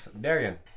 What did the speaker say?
Darian